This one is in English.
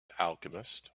alchemist